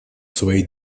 своей